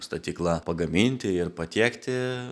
statykla pagaminti ir patiekti